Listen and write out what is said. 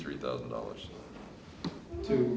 three thousand dollars to